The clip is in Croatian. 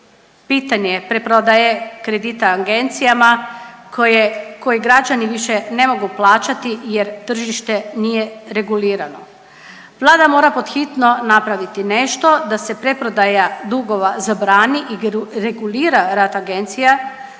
pitanje preprodaje kredita agencijama koje građani više ne mogu plaćati jer tržište nije regulirano. Vlada mora pod hitno napraviti nešto da se preprodaja dugova zabrani i regulira rad agencija